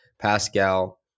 Pascal